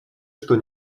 что